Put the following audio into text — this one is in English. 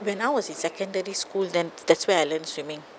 when I was in secondary school then that's where I learn swimming